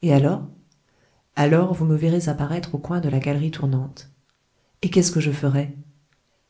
et alors alors vous me verrez apparaître au coin de la galerie tournante et qu'est-ce que je ferai